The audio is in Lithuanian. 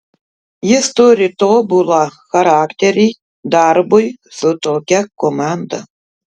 jis turi tobulą charakterį darbui su tokia komanda